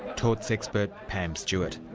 torts expert pam stewart.